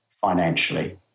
financially